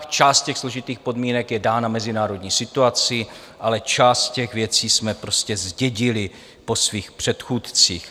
Část těch složitých podmínek je dána mezinárodní situací, ale část věcí jsme prostě zdědili po svých předchůdcích.